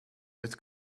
but